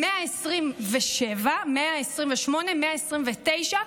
127, 128, 129,